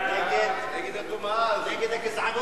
בקשת הממשלה להאריך בצו את תוקפו של חוק